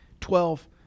Twelve